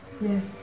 yes